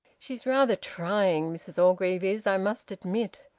she's rather trying, mrs orgreave is, i must admit.